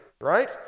right